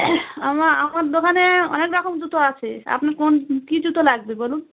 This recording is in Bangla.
আমার আমার দোকানে অনেক রকম জুতো আছে আপনি কোন কী জুতো লাগবে বলুন